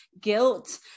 guilt